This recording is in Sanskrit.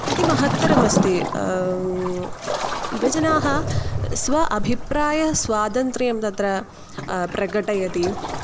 अति महत्तरमस्ति युवजनाः स्वाभिप्रायः स्वातन्त्र्यं तत्र प्रकटयति